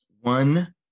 One